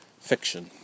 fiction